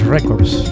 Records